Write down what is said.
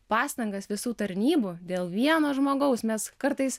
pastangas visų tarnybų dėl vieno žmogaus mes kartais